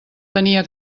tenia